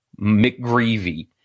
McGreevy